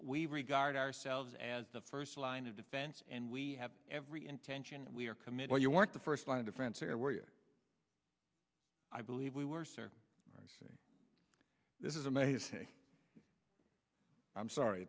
we regard ourselves as the first line of defense and we have every intention and we are committed you weren't the first line of defense or were you i believe we were sir this is amazing i'm sorry